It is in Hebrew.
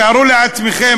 תארו לעצמכם,